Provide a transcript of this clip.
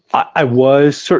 i was. so